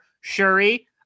shuri